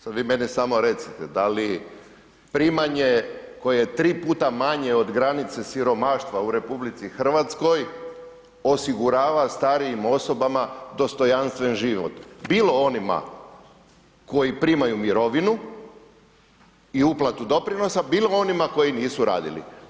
Sada vi meni samo recite, da li primanje koje je tri puta manje od granice siromaštva u RH osigurava starijim osobama dostojanstven život, bilo onima koji primaju mirovinu i uplatu doprinosa, bilo onima koji nisu radili?